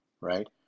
right